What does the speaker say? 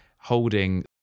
holding